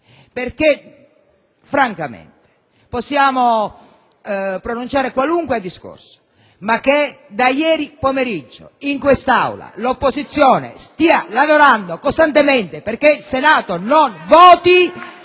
perché francamente possiamo pronunciare qualunque discorso, ma che da ieri pomeriggio, in quest'Aula, l'opposizione stia lavorando costantemente perché il Senato non voti